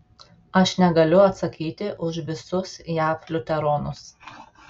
aš negaliu atsakyti už visus jav liuteronus